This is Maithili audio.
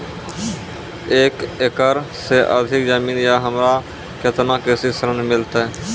एक एकरऽ से अधिक जमीन या हमरा केतना कृषि ऋण मिलते?